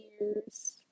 years